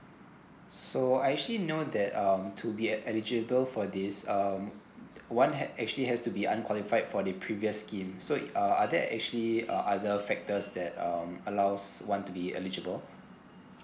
so I actually know that um to be at eligible for this um one had actually has to be unqualified for the previous scheme so it are there actually uh other factors that um allows one to be eligible